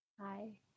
Hi